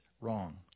wrong